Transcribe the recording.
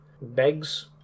begs